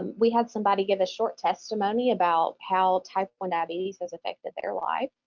and we had somebody give a short testimony about how type one diabetes has affected their lives,